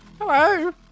Hello